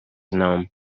gnome